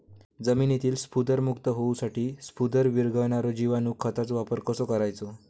जमिनीतील स्फुदरमुक्त होऊसाठीक स्फुदर वीरघळनारो जिवाणू खताचो वापर कसो करायचो?